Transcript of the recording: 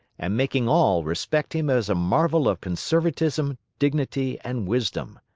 and making all respect him as a marvel of conservatism, dignity, and wisdom.